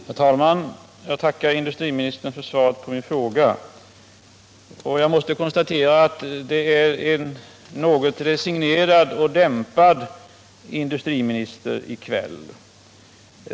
Herr talman! Jag tackar industriministern för svaret på min fråga. Jag måste konstatera att vi hör en något resignerad och dämpad industriminister här i kväll.